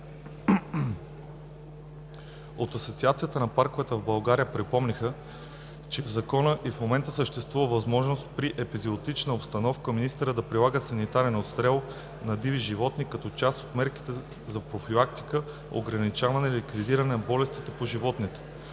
От Асоциацията на парковете в България припомниха, че в Закона и в момента съществува възможност при епизоотична обстановка министърът да прилага санитарен отстрел на диви животни като част от мерките за профилактика, ограничаване и ликвидиране на болестите по животните.